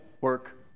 work